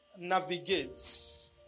navigates